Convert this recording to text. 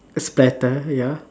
a splatter ya